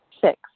Six